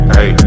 Hey